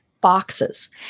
boxes